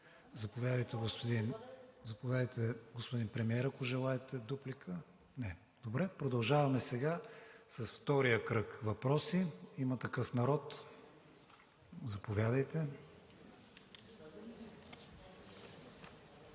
Заповядайте, господин Премиер, ако желаете дуплика. Не. Добре, продължаваме с втория кръг въпроси. „Има такъв народ“ – заповядайте.